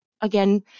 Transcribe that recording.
again